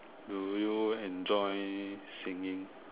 do you enjoy singing